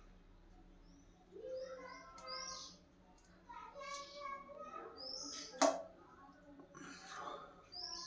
ಉದ್ಯೋಗದಾತ ಉದ್ಯೋಗಿಗೆ ಸಂಬಳವನ್ನ ಜಮಾ ಮಾಡೊ ಉದ್ದೇಶದಿಂದ ಸಾಮಾನ್ಯವಾಗಿ ಸಂಬಳ ಖಾತೆಯನ್ನ ತೆರೆಯಲಾಗ್ತದ